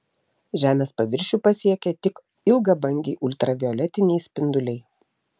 žemės paviršių pasiekia tik ilgabangiai ultravioletiniai spinduliai